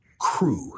Crew